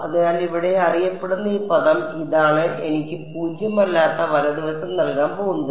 അതിനാൽ ഇവിടെ അറിയപ്പെടുന്ന ഈ പദം ഇതാണ് എനിക്ക് പൂജ്യമല്ലാത്ത വലത് വശം നൽകാൻ പോകുന്നത്